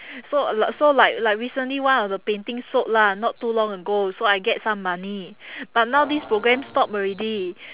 so uh l~ so like like recently one of the paintings sold lah not too long ago so I get some money but now this program stop already